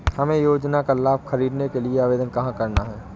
हमें योजना का लाभ ख़रीदने के लिए आवेदन कहाँ करना है?